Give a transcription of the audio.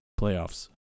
playoffs